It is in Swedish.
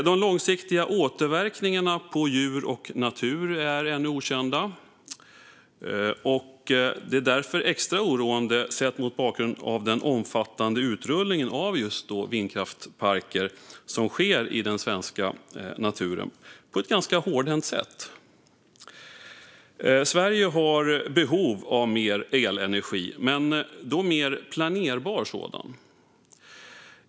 De långsiktiga återverkningarna på djur och natur är ännu okända. Den omfattande utrullning av just vindkraftsparker som sker på ett ganska hårdhänt sätt i den svenska naturen är därför extra oroande. Sverige har behov av mer elenergi, men mer planerbar sådan.